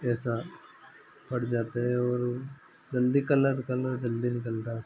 ऐसा फट जाते हैं और जल्दी कलर कलर जल्दी निकलता है उस